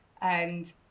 And-